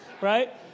right